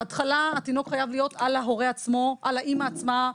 בהתחלה התינוק חייב להיות על האימא עצמה.